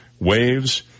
Waves